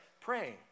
praying